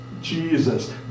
Jesus